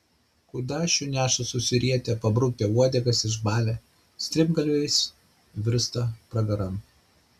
kudašių neša susirietę pabrukę uodegas išbalę strimgalviais virsta pragaran